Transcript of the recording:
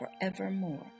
forevermore